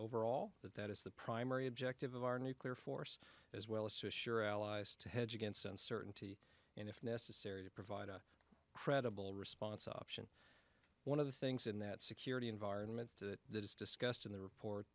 overall that that is the primary objective of our nuclear force as well as sure allies to hedge against uncertainty and if necessary to provide a credible response option one of the things in that security environment that is discussed in the report